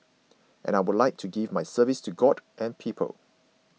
and I would like to give my service to God and people